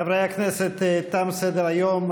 חברי הכנסת, תם סדר-היום.